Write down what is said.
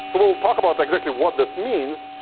so we'll we'll talk about exactly what this means.